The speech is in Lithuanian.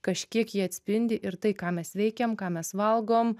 kažkiek jie atspindi ir tai ką mes veikiam ką mes valgom